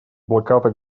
блокада